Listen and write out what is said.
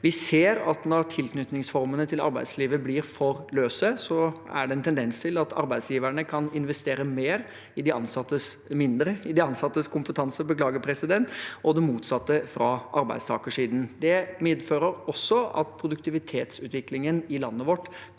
Vi ser at når tilknytningsformene til arbeidslivet blir for løse, er det en tendens til at arbeidsgiverne kan investere mindre i de ansattes kompetanse, og det motsatte fra arbeidstakersiden. Det medfører også at produktivitetsutviklingen i landet vårt